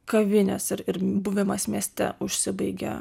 kavinės ir ir buvimas mieste užsibaigia